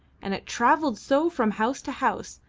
and it travelled so from house to house,